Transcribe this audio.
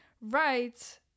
right